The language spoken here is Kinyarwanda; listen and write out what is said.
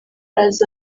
azi